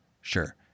Sure